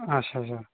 अच्छा अच्छा अच्छा